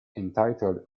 entitled